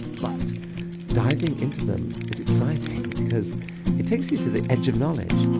but diving into them is exciting because it takes you to the edge of knowledge,